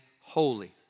holy